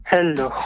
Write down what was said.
Hello